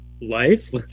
life